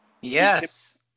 Yes